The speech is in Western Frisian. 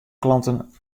klanten